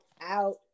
Out